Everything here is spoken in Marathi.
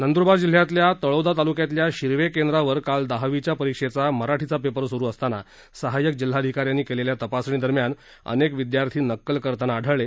नंदूरबार जिल्ह्यातल्या तळोदा तालुक्यातल्या शिरवे केंद्रावर काल दहावीच्या परीक्षेचा मराठीचा पेपर सुरू असताना सहाय्यक जिल्हाधिका यांनी केलेल्या तपासणीदरम्यान अनेक विद्यार्थी नक्कल करताना आढळले